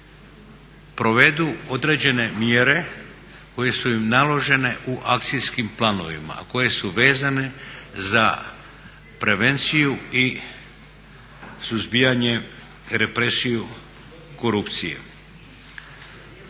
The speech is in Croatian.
provedu određene mjere koje su im naložene u akcijskim planovima, a koje su vezane za prevenciju i suzbijanje, represiju korupcije.